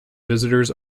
visitors